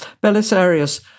Belisarius